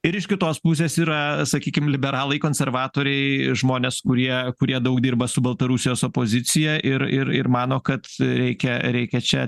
ir iš kitos pusės yra sakykim liberalai konservatoriai žmonės kurie kurie daug dirba su baltarusijos opozicija ir ir mano kad reikia reikia čia